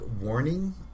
warning